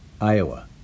Iowa